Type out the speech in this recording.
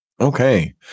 Okay